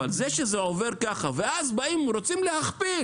אבל זה שזה עובר ככה, ואז באים ורוצים להכפיל